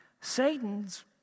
Satan's